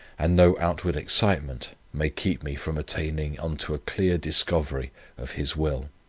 and no outward excitement may keep me from attaining unto a clear discovery of his will.